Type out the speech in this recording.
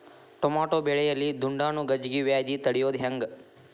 Tomato ಬೆಳೆಯಲ್ಲಿ ದುಂಡಾಣು ಗಜ್ಗಿ ವ್ಯಾಧಿ ತಡಿಯೊದ ಹೆಂಗ್?